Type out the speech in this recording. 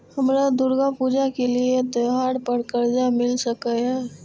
हमरा दुर्गा पूजा के लिए त्योहार पर कर्जा मिल सकय?